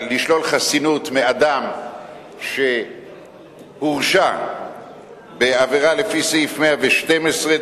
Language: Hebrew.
לשלול אזרחות גם מאדם שהורשע בעבירה לפי סעיף 112,